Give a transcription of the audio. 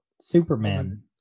Superman